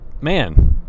man